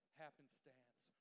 happenstance